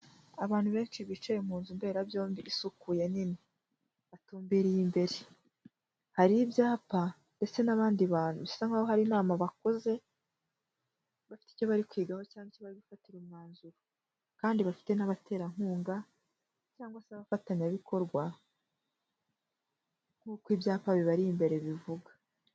Abantu benshi bicaye mu nzu mberabyombi isukuye nini, batumbiriye imbere, hari ibyapa ndetse n'abandi bantu, bisa nk'aho hari inama bakoze bafite icyo bari kwigaho cyangwa icyo bari gufatire umwanzuro, kandi bafite n'abaterankunga cyangwa se abafatanyabikorwa nk'uko ibyapa bibari imbere bivuga.